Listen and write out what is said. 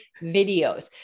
videos